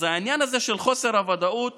אז העניין הזה של חוסר הוודאות